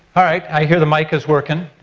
alright, i hear the mic is working.